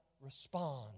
respond